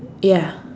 ya